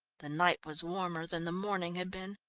the night was warmer than the morning had been.